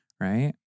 right